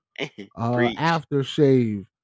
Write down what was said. aftershave